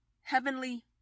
heavenly